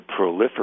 proliferate